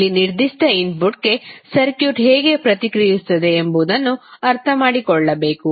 ಇಲ್ಲಿ ನಿರ್ದಿಷ್ಟ ಇನ್ಪುಟ್ಗೆ ಸರ್ಕ್ಯೂಟ್ ಹೇಗೆ ಪ್ರತಿಕ್ರಿಯಿಸುತ್ತದೆ ಎಂಬುದನ್ನು ಅರ್ಥಮಾಡಿಕೊಳ್ಳಬೇಕು